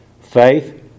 faith